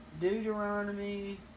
Deuteronomy